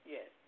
Yes